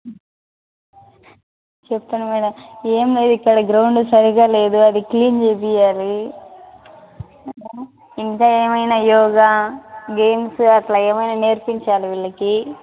చెప్పాను మేడం ఏం లేదు ఇక్కడ గ్రౌండ్ సరిగ్గా లేదు అది క్లీన్ చేయించాలి ఇంకా ఏమైనా యోగా గేమ్స్ అలా ఏమైనా నేర్పించాలి వీళ్ళకి